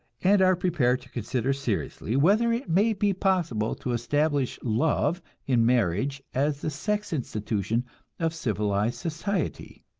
and are prepared to consider seriously whether it may be possible to establish love in marriage as the sex institution of civilized society.